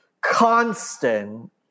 constant